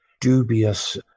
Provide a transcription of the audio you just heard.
dubious